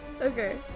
Okay